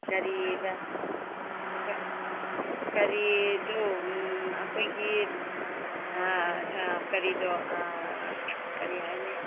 ꯀꯔꯤꯑꯕ ꯀꯔꯤꯗꯨ ꯎꯝ ꯑꯩꯈꯣꯏꯒꯤ ꯀꯔꯤꯗꯣ ꯀꯔꯤ ꯍꯥꯏꯅꯤ